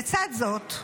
לצד זאת,